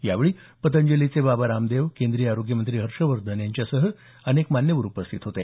यावेळी पतंजलीचे बाबा रामदेव केंद्रीय आरोग्य मंत्री हर्षवर्धन यांच्यासह अनेक मान्यवर उपस्थित होते